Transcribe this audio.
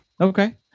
Okay